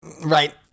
right